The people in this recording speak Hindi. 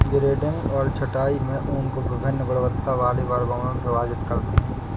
ग्रेडिंग और छँटाई में ऊन को वभिन्न गुणवत्ता वाले वर्गों में विभाजित करते हैं